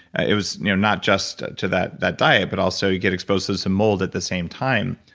it was you know not just to that that diet, but also you get exposed to some mold at the same time,